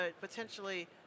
potentially